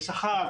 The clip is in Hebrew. של שכר,